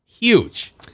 Huge